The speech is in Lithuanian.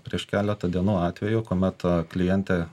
prieš keleta dienų atvejų kuomet klientė